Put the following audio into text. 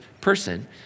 person